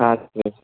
हजुर